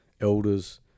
elders